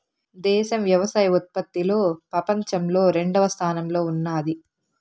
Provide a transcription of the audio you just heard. దేశం వ్యవసాయ ఉత్పత్తిలో పపంచంలో రెండవ స్థానంలో ఉన్నాది